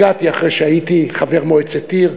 הגעתי אחרי שהייתי חבר מועצת עיר,